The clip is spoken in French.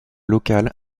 local